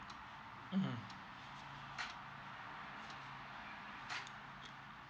mm